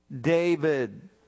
David